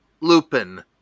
Lupin